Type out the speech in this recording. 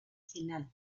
final